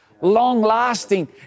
long-lasting